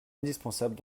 indispensable